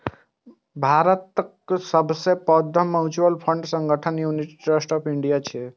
भारतक सबसं पैघ म्यूचुअल फंड संगठन यूनिट ट्रस्ट ऑफ इंडिया छियै